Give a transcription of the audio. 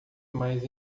mais